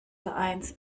vereins